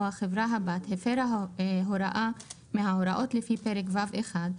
החברה הבת הפרה הוראה מההוראות לפי פרק ו'1,